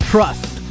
Trust